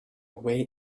way